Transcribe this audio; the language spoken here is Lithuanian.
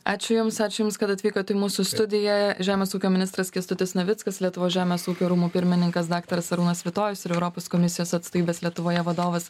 ačiū jums ačiū jums kad atvykot į mūsų studiją žemės ūkio ministras kęstutis navickas lietuvos žemės ūkio rūmų pirmininkas daktaras arūnas svitojus ir europos komisijos atstovybės lietuvoje vadovas